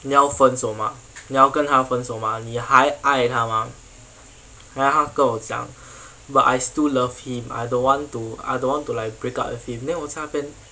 你要分手吗你要跟他分手吗你还爱他吗 then 她跟我讲 but I still love him I don't want to I don't want to like break up with him then 我在那边